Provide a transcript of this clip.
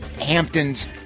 Hamptons